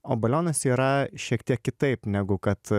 o balionas yra šiek tiek kitaip negu kad